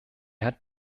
hat